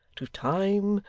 to time,